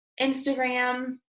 Instagram